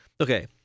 Okay